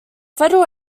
federal